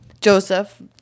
Joseph